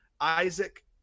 Isaac